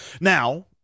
Now